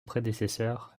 prédécesseur